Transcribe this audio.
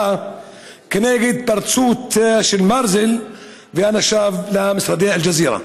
כנגד ההתפרצות של מרזל ואנשיו למשרדי אל-ג'זירה?